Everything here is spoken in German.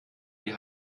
die